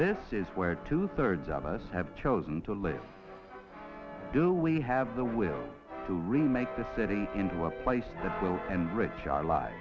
this is where two thirds of us have chosen to live do we have the will to remake the city into a place that will enrich our li